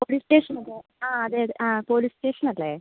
police station അല്ലേ ആ അതെ അതെ ആ പോലീസ് സ്റ്റേഷൻ അല്ലേ